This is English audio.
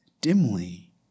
dimly